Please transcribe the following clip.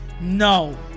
No